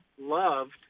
loved